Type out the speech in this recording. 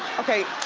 okay.